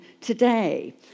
today